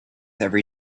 every